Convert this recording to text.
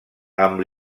amb